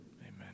Amen